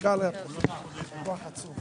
הישיבה ננעלה בשעה 14:16.